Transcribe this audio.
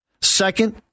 Second